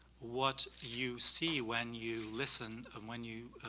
what you see when you listen and when you